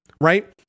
right